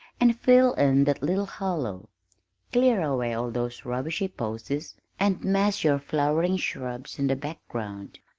and fill in that little hollow clear away all those rubbishy posies, and mass your flowering shrubs in the background.